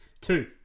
Two